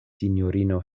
sinjorino